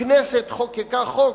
הכנסת חוקקה חוק,